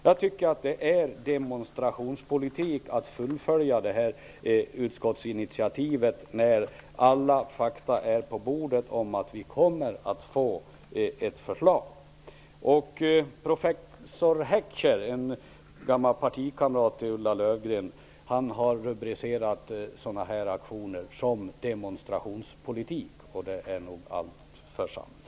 Jag tycker att det är demonstrationspolitik att fullfölja utskottsinitiativet när alla fakta om att vi kommer att få ett förslag är på bordet. Ulla Löfgren, har rubricerat sådana här aktioner som "demonstrationspolitik", och det är nog bara alltför sant.